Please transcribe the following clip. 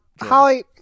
Holly